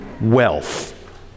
wealth